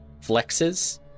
flexes